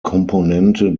komponente